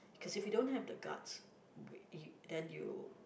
cause if you don't have the guts we you then you